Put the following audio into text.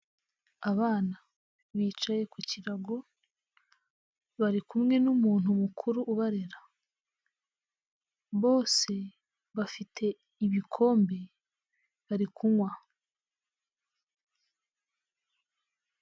Abana bicaye ku kirago bari kumwe n'umuntu mukuru ubarera. Bose bafite ibikombe bari kunywa.